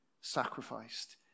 sacrificed